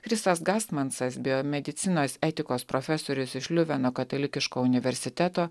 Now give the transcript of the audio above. krisas gastmansas biomedicinos etikos profesorius iš liuveno katalikiško universiteto